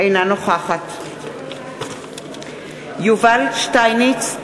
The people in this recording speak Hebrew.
אינה נוכחת יובל שטייניץ,